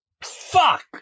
Fuck